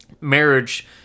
marriage